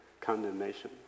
condemnation